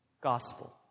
gospel